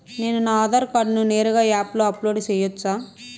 నేను నా ఆధార్ కార్డును నేరుగా యాప్ లో అప్లోడ్ సేయొచ్చా?